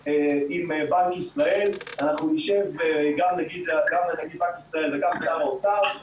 הם אלה שמחלקים היום מזון לאנשים מבוגרים ועושים את ביקורי הבית.